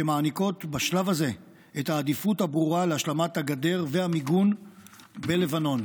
שמעניקות בשלב הזה את העדיפות הברורה להשלמת הגדר והמיגון בלבנון,